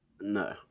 No